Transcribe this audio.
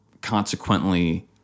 consequently